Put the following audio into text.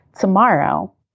Tomorrow